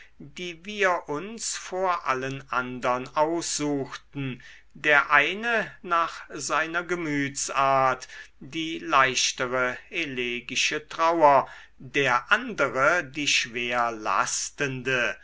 die wir uns vor allen andern aussuchten der eine nach seiner gemütsart die leichtere elegische trauer der andere die schwer lastende